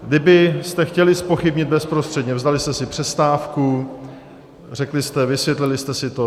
Kdybyste chtěli zpochybnit bezprostředně, vzali jste si přestávku, řekli jste, vysvětlili jste si to.